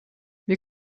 wir